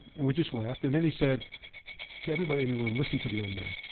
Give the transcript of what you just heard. and we just laughed. and then he said to everybody in the room, listen to the young man.